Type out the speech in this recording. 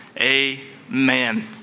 amen